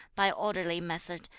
by orderly method,